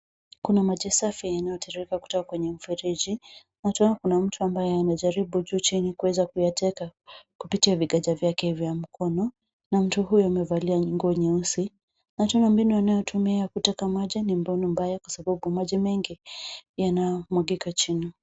Kuna maji safi yanayotiririka kutoka kwenye mifereji na tena kuna mtu ambaye anajaribu juu chini kuweza kuyateka kupitia viganja vyake vya mkono na mtu huyu amevalia nguo nyeusi na tena mbinu anayotumia ya kuteka maji ni mbinu mbaya kwa sababu maji mengi yanamwagika chini.